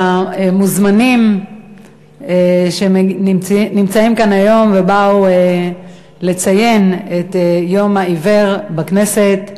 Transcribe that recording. כבוד המוזמנים שנמצאים כאן היום ובאו לציין את יום העיוור בכנסת,